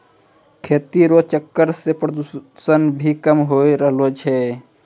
खेती रो चक्कर से प्रदूषण भी कम होय रहलो छै